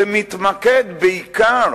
זה מתמקד בעיקר